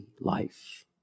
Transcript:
life